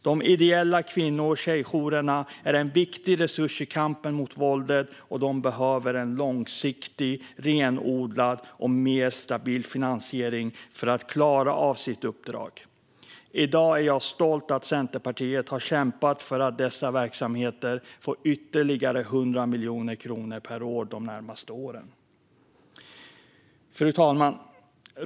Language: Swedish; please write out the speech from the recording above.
De ideella kvinno och tjejjourerna är en viktig resurs i kampen mot våldet, och de behöver en långsiktig, renodlad och mer stabil finansiering för att klara av sitt uppdrag. I dag är jag stolt över att Centerpartiet har kämpat för att dessa verksamheter ska få ytterligare 100 miljoner per år de närmaste åren. Fru talman!